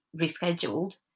rescheduled